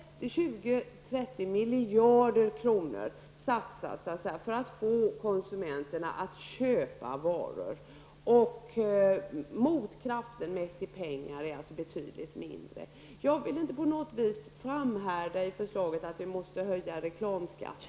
20--30 miljarder kronor satsas för att få konsumenterna att köpa varor. Motkraften mätt i pengar är betydligt mindre. Jag vill inte på något vis framhärda i förslaget att vi måste höja reklamskatten.